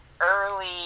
early